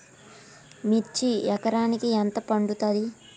మిర్చి ఎకరానికి ఎంత పండుతది?